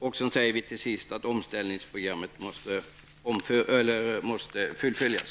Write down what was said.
Vi säger till sist att omställningsprogrammet måste fullföljas.